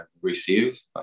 received